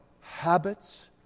habits